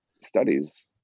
studies